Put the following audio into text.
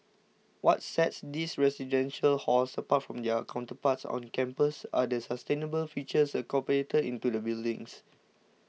what sets these residential halls apart from their counterparts on campus are the sustainable features incorporated into the buildings